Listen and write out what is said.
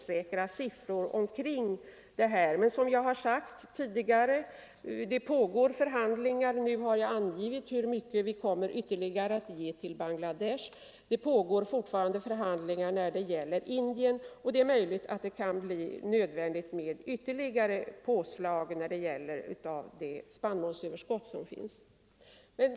Siffrorna är alltså ganska osäkra. Nu har jag angivit hur mycket vi ytterligare kommer att ge till Bangladesh. Det pågår fortfarande förhandlingar när det gäller Indien, och det är möjligt att det kan bli nödvändigt med ytterligare påslag av det spannmålsöverskott som finns.